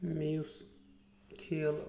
مےٚ یُس کھیل